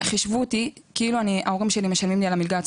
חישבו אותי כאילו ההורים שלי משלמים לי על המלגה עצמה.